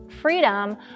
freedom